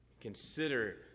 Consider